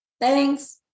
Thanks